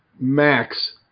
Max